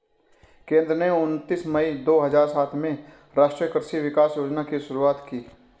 केंद्र ने उनतीस मई दो हजार सात में राष्ट्रीय कृषि विकास योजना की शुरूआत की